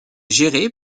géré